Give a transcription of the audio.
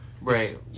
Right